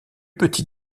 petit